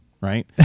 right